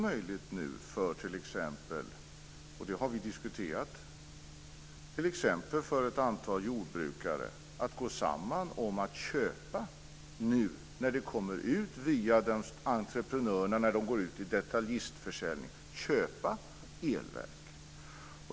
Men det är möjligt - och det har vi diskuterat - för t.ex. ett antal jordbrukare att gå samman om att köpa elverk när de nu via entreprenöner kommer ut till detaljförsäljning.